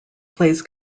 plays